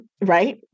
right